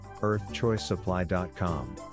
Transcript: earthchoicesupply.com